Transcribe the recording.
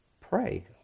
Pray